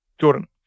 Jordan